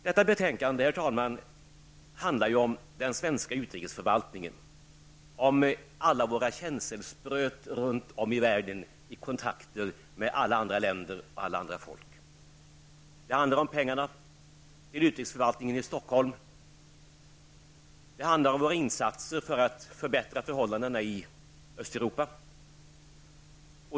Detta betänkande, herr talman, handlar ju om den svenska utrikesförvaltningen, om alla våra känselspröt runt om i världen i kontakter med alla andra länder och alla andra folk. Det handlar om pengarna till utrikesförvaltningen i Stockholm. Det handlar om våra insatser för att förbättra förhållandena i Östeuropa.